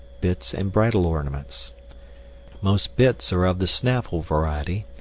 bits and bridle ornaments most bits are of the snaffle variety,